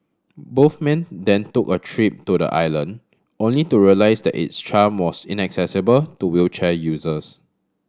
both men then took a trip to the island only to realise that its charm was inaccessible to wheelchair users